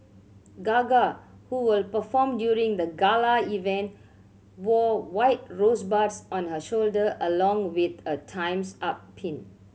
Gaga who will perform during the gala event wore white rosebuds on her shoulder along with a Time's Up pin